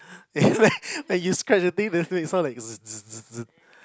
when you scrub the thing the thing sounds like